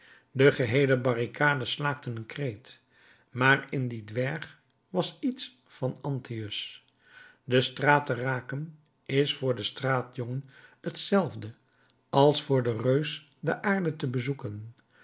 de geheele barricade slaakte een kreet maar in dien dwerg was iets van anteus de straat te raken is voor den straatjongen hetzelfde als voor den reus de aarde te bezoeken